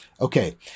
Okay